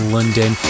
London